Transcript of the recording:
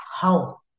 health